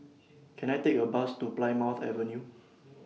Can I Take A Bus to Plymouth Avenue